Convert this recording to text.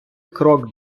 крок